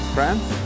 France